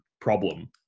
problem